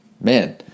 man